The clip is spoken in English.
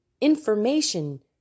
information